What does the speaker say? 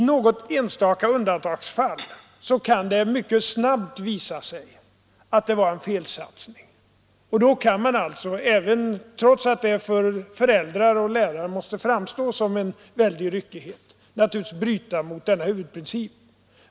I något enstaka undantagsfall kan det mycket snabbt visa sig att det varit en felsatsning, och då kan man naturligtvis, trots att det för föräldrar och lärare måste framstå som en väldig ryckighet, bryta mot en huvudprincip.